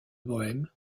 bohême